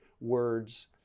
words